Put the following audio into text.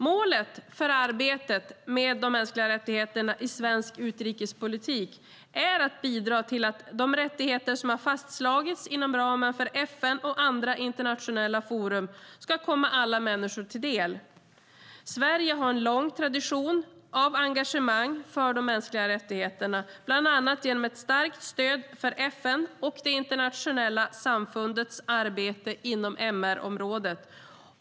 Målet för arbetet med de mänskliga rättigheterna i svensk utrikespolitik är att bidra till att de rättigheter som fastslagits inom ramen för FN och andra internationella forum ska komma alla människor till del. Sverige har en lång tradition av engagemang för de mänskliga rättigheterna, bland annat genom ett starkt stöd för FN och det internationella samfundets arbete på MR-området.